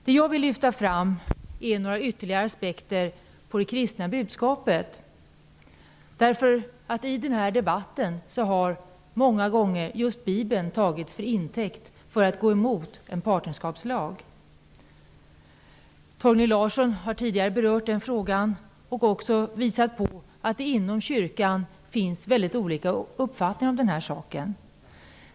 Det jag vill lyfta fram är några ytterligare aspekter på det kristna budskapet. I den här debatten har Bibeln många gånger tagits till intäkt för att gå emot en partnerskapslag. Torgny Larsson har tidigare berört den frågan och även visat på att det inom kyrkan finns mycket olika uppfattningar om den här saken.